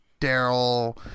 Daryl